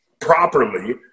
properly